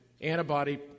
antibody